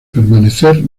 permanecer